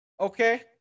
Okay